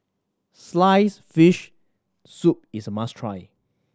sliced fish soup is a must try